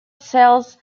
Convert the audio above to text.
cells